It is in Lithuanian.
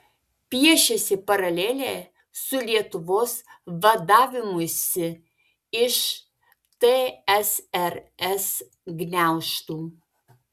piešiasi paralelė su lietuvos vadavimusi iš tsrs gniaužtų